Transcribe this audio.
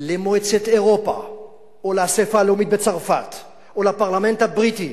למועצת אירופה או לאספה הלאומית בצרפת או לפרלמנט הבריטי,